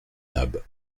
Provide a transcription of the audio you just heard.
nab